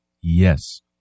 Yes